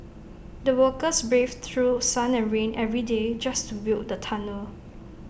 the workers braved through sun and rain every day just to build the tunnel